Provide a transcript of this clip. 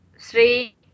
three